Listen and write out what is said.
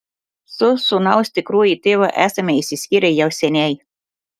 su sūnaus tikruoju tėvu esame išsiskyrę jau seniai